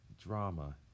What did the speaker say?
drama